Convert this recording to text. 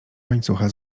łańcucha